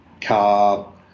car